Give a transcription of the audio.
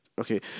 Okay